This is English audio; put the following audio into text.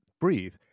breathe